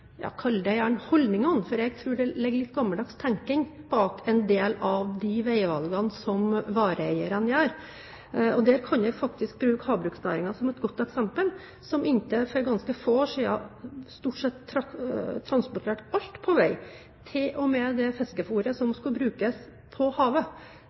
det gjerne – holdningene, for jeg tror det ligger litt gammeldags tenkning bak en del av de veivalgene som vareeierne gjør. Der kan jeg faktisk bruke havbruksnæringen som et godt eksempel, som inntil for ganske få år siden stort sett transporterte alt på vei, til og med det fiskefôret som skulle brukes på havet.